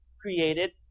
created